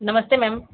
नमस्ते मैम